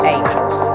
Angels